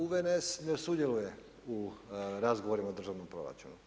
UVNS ne sudjeluje u razgovorima o državnom proračunu.